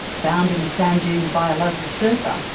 found in the sand dunes by a local surfer,